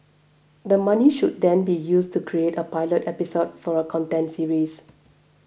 the money should then be used to create a pilot episode for a content series